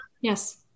Yes